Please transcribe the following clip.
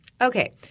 Okay